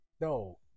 No